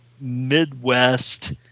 Midwest